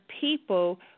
people